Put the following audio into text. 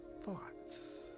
thoughts